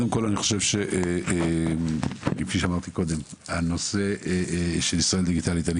א׳- הנושא של ׳ישראל דיגיטלית׳: אני